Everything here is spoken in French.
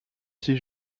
six